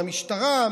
מהמשטרה,